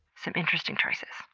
some interesting choices.